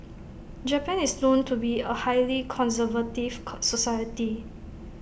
Japan is known to be A highly conservative society